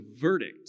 verdict